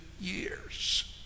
years